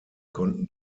konnten